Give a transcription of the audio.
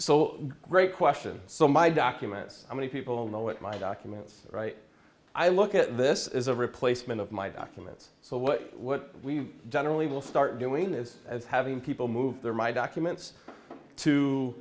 great question so my documents how many people know what my documents right i look at this is a replacement of my documents so what what we generally will start doing is as having people move their my documents to